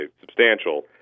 substantial